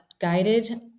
guided